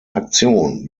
aktion